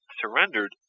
surrendered